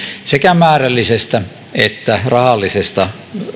sekä määrällisestä että rahallisesta